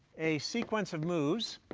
a sequence of moves